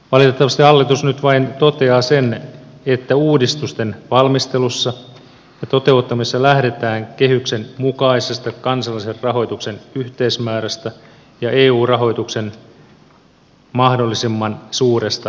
valitettavasti hallitus nyt vain toteaa sen että uudistusten valmistelussa ja toteuttamisessa lähdetään kehyksen mukaisesta kansallisen rahoituksen yhteismäärästä ja eu rahoituksen mahdollisimman suuresta määrästä